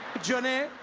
johnny!